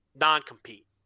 non-compete